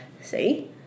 see